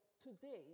today